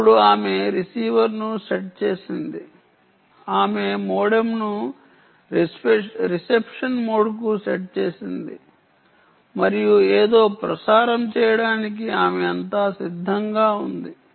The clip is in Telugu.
ఇప్పుడు ఆమె రిసీవర్ను సెట్ చేసింది ఆమె మోడెమ్ను రిసెప్షన్ మోడ్కు సెట్ చేసింది మరియు ఏదో ప్రసారం చేయడానికి ఆమె అంతా సిద్ధంగా ఉంది